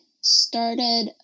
started